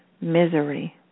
misery